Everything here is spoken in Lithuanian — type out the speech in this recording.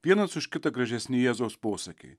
vienas už kitą gražesni jėzaus posakiai